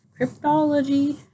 cryptology